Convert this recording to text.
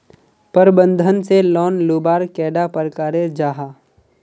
प्रबंधन से लोन लुबार कैडा प्रकारेर जाहा?